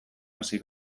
hasi